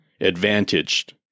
advantaged